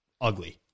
ugly